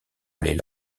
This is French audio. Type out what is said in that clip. aller